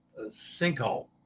sinkhole